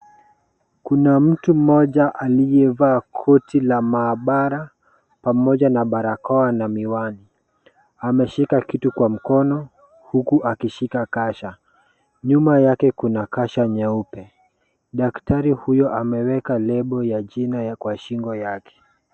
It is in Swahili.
Kuna mtu mmoja aliyevaa koti la maabara, pamoja na barakoa na miwani. Ameshika kitu kwa mkono, huku akishika kasha. Nyuma yake kuna kasha nyeupe. Daktari huyu ameweka label ya jina kwa shingo yake.